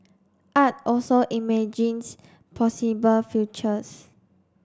art also imagines possible futures